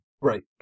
Right